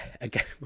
again